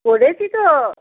পড়েছি তো